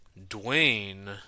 Dwayne